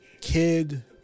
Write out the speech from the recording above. kid